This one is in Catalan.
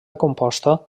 composta